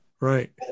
Right